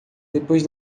depois